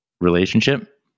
relationship